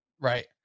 Right